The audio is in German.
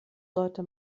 sollte